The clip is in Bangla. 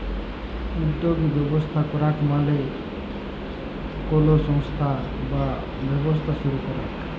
উদ্যগী ব্যবস্থা করাক মালে কলো সংস্থা বা ব্যবসা শুরু করাক